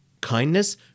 Kindness